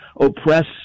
oppress